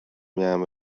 miałem